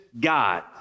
God